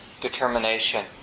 determination